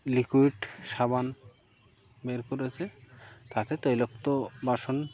liquid সাবান বের করে রয়েছে তাতে তৈলাক্ত বাসন